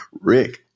Rick